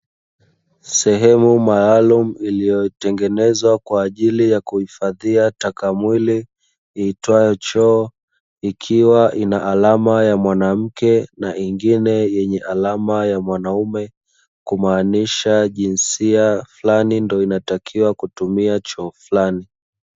Sehemu maalumu iliyotengezwa kwaajili ya kuhifadhia taka mwili iitwayo choo, ikiwa ina alama ya mwanamke na nyingine yenye alama ya mwanaume, kumaanisha jinsia fulani ndo inatakiwa kutumia choo fulani.